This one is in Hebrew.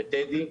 בטדי,